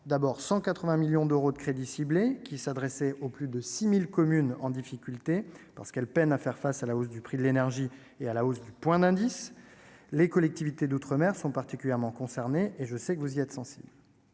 voté 180 millions d'euros de crédits ciblés s'adressant aux plus de 6 000 communes qui sont en difficulté, parce qu'elles peinent à faire face à la hausse du prix de l'énergie et à celle du point d'indice. Les collectivités d'outre-mer sont particulièrement concernées, et je sais que vous y êtes sensibles.